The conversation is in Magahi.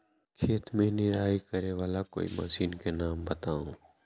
खेत मे निराई करे वाला कोई मशीन के नाम बताऊ?